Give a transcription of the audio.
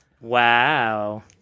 wow